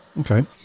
Okay